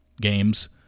games